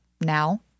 now